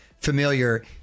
familiar